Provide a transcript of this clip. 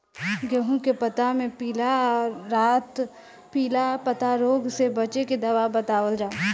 गेहूँ के पता मे पिला रातपिला पतारोग से बचें के दवा बतावल जाव?